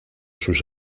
sus